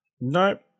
Nope